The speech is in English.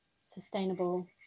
sustainable